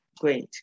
Great